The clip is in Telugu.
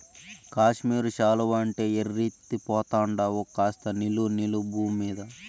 కాశ్మీరు శాలువా అంటే ఎర్రెత్తి పోతండావు కాస్త నిలు నిలు బూమ్మీద